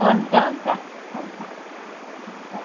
हुन्छ हुन्छ हुन्छ हुन्छ